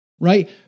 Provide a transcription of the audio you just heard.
right